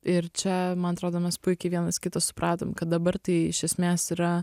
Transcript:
ir čia man atrodo mes puikiai vienas kitą supratom kad dabar tai iš esmės yra